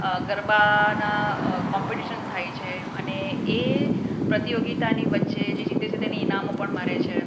ગરબાના કોમ્પિટિશન થાય છે અને એ પ્રતિયોગીતાની વચ્ચે જે જીતે છે તેને ઈનામો પણ મરે છે